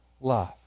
love